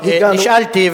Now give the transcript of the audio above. נשאלתי,